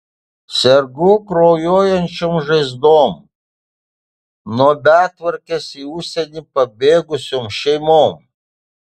sergu kraujuojančiom žaizdom nuo betvarkės į užsienį pabėgusiom šeimom